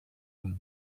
and